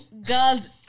girls